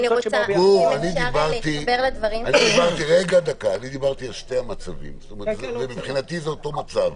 אני דיברתי על שני המצבים ומבחינתי זה אותו מצב.